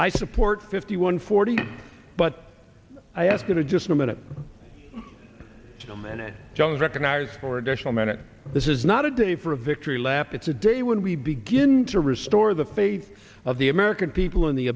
i support fifty one forty but i ask you to just a minute the minute chunks recognize for additional minute this is not a day for a victory lap it's a day when we begin to restore the faith of the american people in the